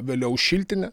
vėliau šiltine